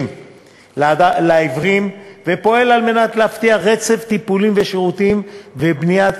לעיוורים ופועל להבטיח רצף טיפולים ושירותים ובניית